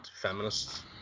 feminists